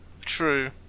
True